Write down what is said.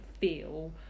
feel